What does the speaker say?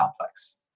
complex